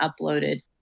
uploaded